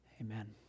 Amen